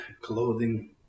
clothing